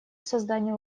создания